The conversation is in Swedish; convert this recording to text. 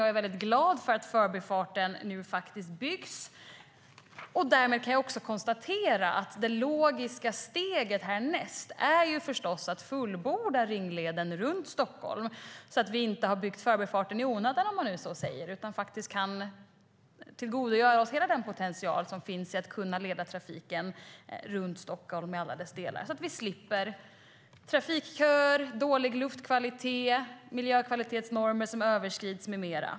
Jag är väldigt glad för att Förbifarten nu byggs, och därmed kan jag också konstatera att det logiska steget härnäst förstås är att fullborda ringleden runt Stockholm så att vi inte har byggt Förbifarten i onödan, om man säger så, utan faktiskt kan tillgodogöra oss hela den potential som finns i att kunna leda trafiken runt Stockholm i alla delar så att vi slipper köer, dålig luftkvalitet, miljökvalitetsnormer som överskrids med mera.